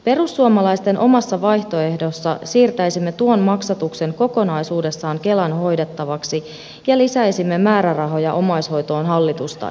perussuomalaisten omassa vaihtoehdossa siirtäisimme tuen maksatuksen kokonaisuudessaan kelan hoidettavaksi ja lisäisimme määrärahoja omaishoitoon hallitusta enemmän